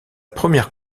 première